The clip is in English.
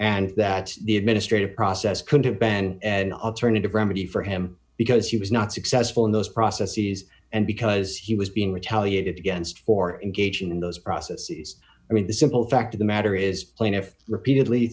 and that the administrative process could have been an alternative remedy for him because he was not successful in those processes and because he was being retaliated against for engaging in those processes i mean the simple fact of the matter is plaintiff repeatedly